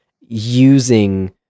using